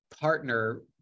partner-